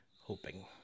Hoping